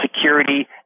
security